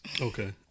Okay